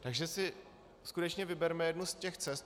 Takže si skutečně vyberme jednu z těch cest.